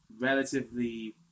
relatively